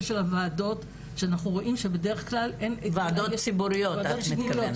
של הוועדות שאנחנו רואים שבדרך כלל --- ועדות ציבוריות את מתכוונת.